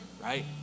right